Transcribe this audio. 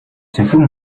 цахим